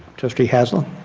trustee haslund?